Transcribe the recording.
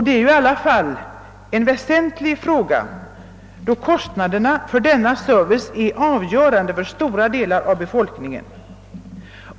Det är ju ändå en väsentlig fråga, eftersom kostnaderna för denna service är avgörande för stora befolkningsgrupper.